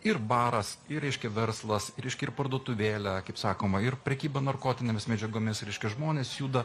ir baras ir reiškia verslas ir reiškia ir parduotuvėlė kaip sakoma ir prekyba narkotinėmis medžiagomis reiškia žmonės juda